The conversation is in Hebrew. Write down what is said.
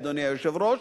אדוני היושב-ראש.